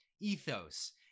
ethos